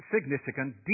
significant